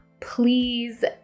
please